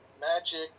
Magic